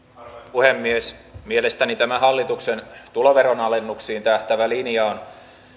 puhemies mielestäni tämä hallituksen tuloveronalennuksiin tähtäävä linja on